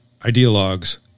ideologues